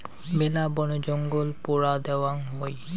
মেলা বনজঙ্গল পোড়া দ্যাওয়াং হই